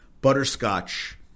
butterscotch